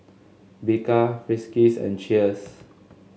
Bika Friskies and Cheers